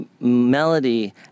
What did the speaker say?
melody